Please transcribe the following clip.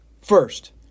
First